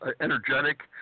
energetic